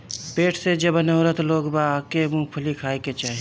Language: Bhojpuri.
पेट से जवन औरत लोग बा ओके मूंगफली खाए के चाही